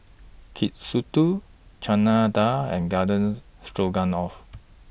Katsudon Chana Dal and Gardens Stroganoff